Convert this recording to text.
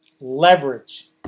Leverage